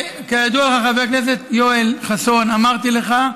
כידוע לך, חבר הכנסת יואל חסון, אמרתי לך.